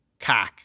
cock